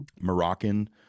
Moroccan